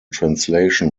translation